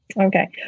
okay